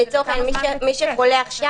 מי שחלה עכשיו,